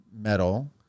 metal